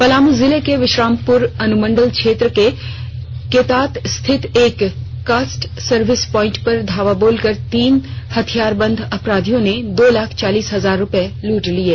पलामू जिले के विश्रामपुर अनुमंडल क्षेत्र के केतात स्थित एक कस्टर सर्विस पॉइंट पर धावा बोलकर तीन अथियारबंद अपराधियों ने दो लाख चालीस हजार रुपये लूट लिये